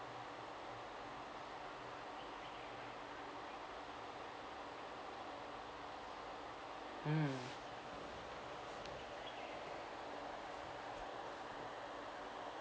mm